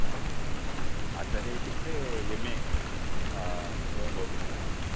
हा हा हा आचार्य इत्युक्ते एम् ए एवं भवति किल